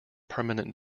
permanent